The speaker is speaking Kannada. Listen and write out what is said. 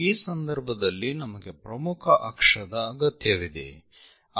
ಈ ಸಂದರ್ಭದಲ್ಲಿ ನಮಗೆ ಪ್ರಮುಖ ಅಕ್ಷದ ಅಗತ್ಯವಿದೆ